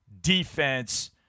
defense